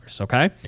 okay